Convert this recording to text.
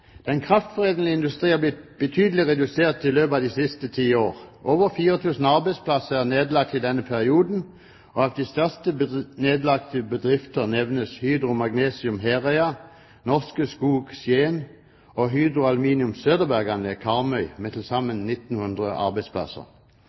Den kraftforedlende industri er blitt betydelig redusert i løpet av de siste ti årene. Over 4 000 arbeidsplasser er nedlagt i denne perioden, og av de største nedlagte bedrifter nevnes Hydro Magnesium på Herøya, Norske Skog Union i Skien, og Hydro Aluminiums Søderberganlegg på Karmøy, med til